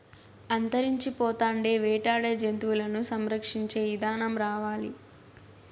అంతరించిపోతాండే వేటాడే జంతువులను సంరక్షించే ఇదానం రావాలి